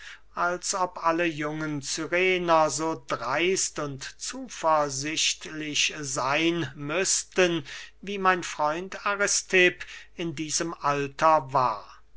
als ob alle junge cyrener so dreist und zuversichtlich seyn müßten wie mein freund aristipp in diesem alter war